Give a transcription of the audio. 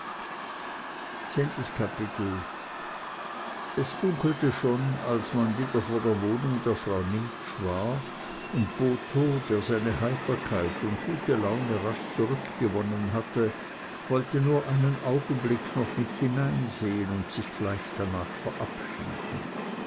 zehntes kapitel es dunkelte schon als man wieder vor der wohnung der frau nimptsch war und botho der seine heiterkeit und gute laune rasch zurückgewonnen hatte wollte nur einen augenblick noch mit hineinsehn und sich gleich danach verabschieden